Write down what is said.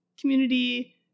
community